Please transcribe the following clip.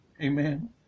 Amen